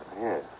Yes